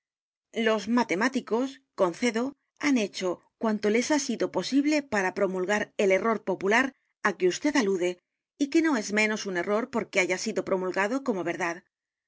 los matemáticos conla carta robada cedo han hecho cuanto les ha sido posible para promulgar el error popular á que vd alude y que no es menos un error porque haya sido promulgado como verdad